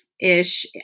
ish